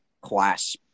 class